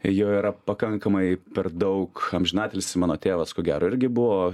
jo yra pakankamai per daug amžinatilsį mano tėvas ko gero irgi buvo